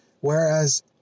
Whereas